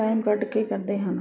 time ਕੱਢ ਕੇ ਕਰਦੇ ਹਨ